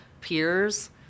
peers